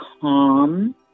calm